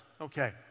Okay